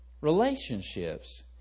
Relationships